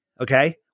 Okay